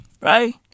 Right